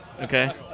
Okay